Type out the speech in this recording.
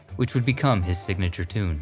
which would become his signature tune